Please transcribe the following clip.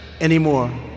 anymore